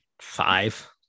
five